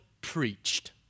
preached